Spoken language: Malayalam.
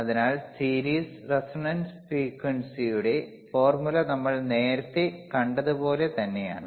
അതിനാൽ സീരീസ് റെസൊണന്റ് ഫ്രീക്വൻസിയുടെ ഫോർമുല നമ്മൾ നേരത്തെ കണ്ടതുപോലെ തന്നെയാണ്